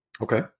Okay